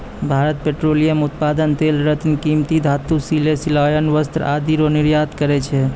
Bharat petroleum उत्पाद तेल रत्न कीमती धातु सिले सिलायल वस्त्र आदि रो निर्यात करै छै